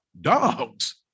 Dogs